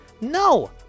no